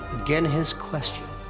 again his question